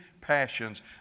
passions